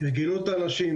ארגנו את האנשים,